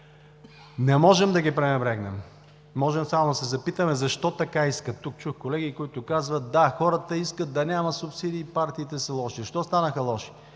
Не можем да ги пренебрегнем, можем само да се запитаме – защо така искат? Тук чух колеги, които казват: да, хората искат да няма субсидии, партиите са лоши. Защо станаха лоши?